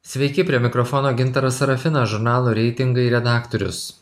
sveiki prie mikrofono gintaras serafinas žurnalo reitingai redaktorius